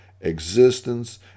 existence